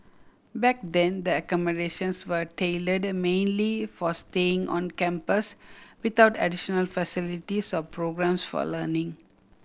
back then the accommodations were tailored mainly for staying on campus without additional facilities or programmes for learning